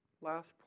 last